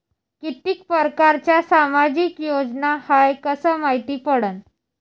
कितीक परकारच्या सामाजिक योजना हाय कस मायती पडन?